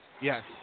Yes